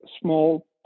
small